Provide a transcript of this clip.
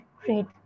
great